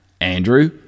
andrew